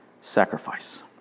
sacrifice